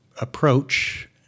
approach